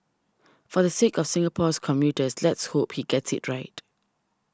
for the sake of Singapore's commuters let's hope he gets it right